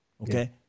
okay